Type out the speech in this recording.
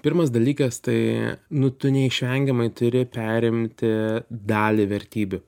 pirmas dalykas tai nu tu neišvengiamai turi perimti dalį vertybių